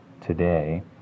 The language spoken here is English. today